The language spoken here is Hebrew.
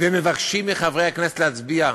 ומבקשים מחברי הכנסת להצביע?